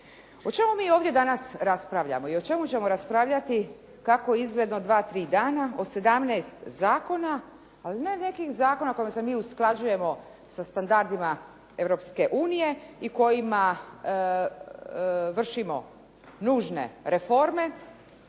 O čemu mi ovdje danas raspravljamo i o čemu ćemo raspravljati kako je izgledno dva, tri dana, o 17 zakona, ali ne nekih zakona kojima se usklađujemo sa standardima Europske unije i kojima vršimo nužne reforme,